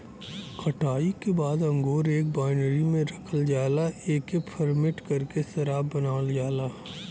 कटाई के बाद अंगूर एक बाइनरी में रखल जाला एके फरमेट करके शराब बनावल जाला